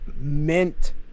mint